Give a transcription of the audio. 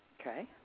Okay